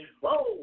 whoa